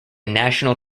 national